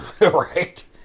right